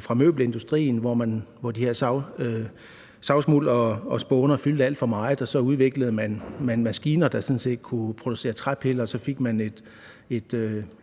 fra møbelindustrien, hvor savsmuld og spåner fyldte alt for meget, og så udviklede man maskiner, der kunne producere træpiller. Så fik man